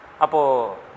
Apo